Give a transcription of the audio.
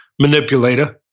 manipulator.